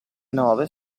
nove